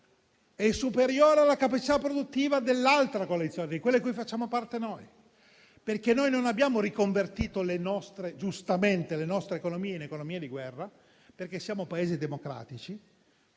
è superiore alla capacità produttiva dell'altra coalizione di cui facciamo parte noi. Noi non abbiamo infatti riconvertito, giustamente, le nostre economie in economie di guerra perché siamo Paesi democratici.